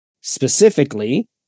specifically